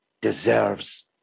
deserves